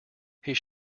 his